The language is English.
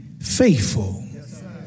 faithful